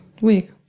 week